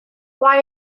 why